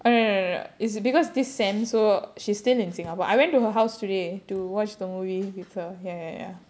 oh no no no no it's because this semesster so she's still in singapore I went to her house today to watch the movie with her her ya ya ya